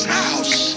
house